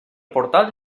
portal